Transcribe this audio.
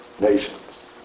nations